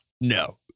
No